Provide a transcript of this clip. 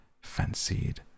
fancied